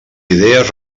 idees